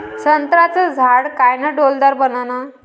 संत्र्याचं झाड कायनं डौलदार बनन?